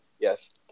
Yes